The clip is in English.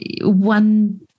one